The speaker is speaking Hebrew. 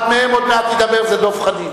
אחד מהם עוד מעט ידבר, זה דב חנין.